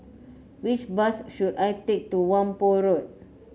which bus should I take to Whampoa Road